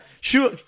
Sure